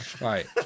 Right